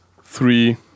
three